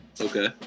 Okay